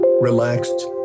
relaxed